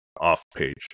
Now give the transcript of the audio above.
off-page